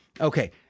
Okay